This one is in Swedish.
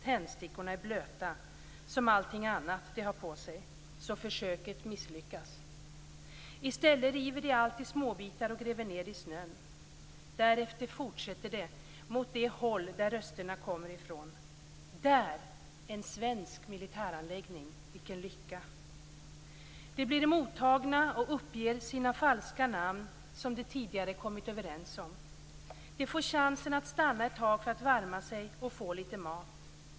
Tändstickorna är blöta, som allting annat de har på sig, så försöket misslyckas. I stället river de allt i småbitar och gräver ned det i snön. Därefter fortsätter de mot det håll där rösterna kommer ifrån. Där - en svensk militäranläggning. Vilken lycka! De blir emottagna och uppger sina falska namn som de tidigare kommit överens om. De får chansen att stanna ett tag för att värma sig och få litet mat.